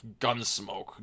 Gunsmoke